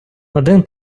один